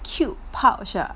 cute pouch ah